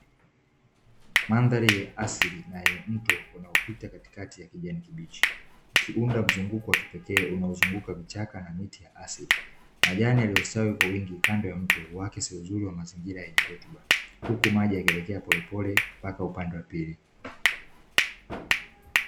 Mandhari ya asili na yenye mto yanayopita katikati ya kijani kibichi, ukiunda mzunguko wa kipekee unaozunguka vichaka na miti ya asili. Majani yaliyostawi kwa wingi Kando ya mto huakisi uzuri wa mazingira yenye rutuba huku maji yakielekea pole pole mpaka upande wa pili.